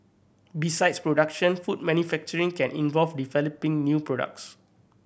besides production food manufacturing can involve developing new products